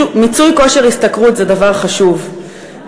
מיצוי כושר השתכרות זה דבר חשוב,